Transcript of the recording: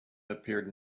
appeared